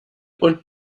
und